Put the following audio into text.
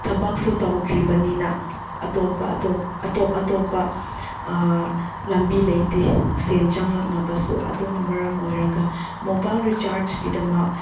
ꯊꯕꯛꯁꯨ ꯇꯧꯗ꯭ꯔꯤꯕꯅꯤꯅ ꯑꯇꯣꯞꯄ ꯑꯇꯣꯞ ꯑꯇꯣꯞ ꯑꯇꯣꯞꯄ ꯂꯝꯕꯤ ꯂꯩꯇꯦ ꯁꯦꯜ ꯆꯪꯂꯛꯅꯕꯁꯨ ꯑꯗꯨꯅ ꯃꯔꯝ ꯑꯣꯏꯔꯒ ꯃꯣꯕꯥꯏꯜ ꯔꯤꯆꯥꯔꯖꯀꯤꯗꯃꯛ